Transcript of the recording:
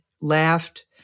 laughed